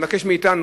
ואני מבקש מאתנו,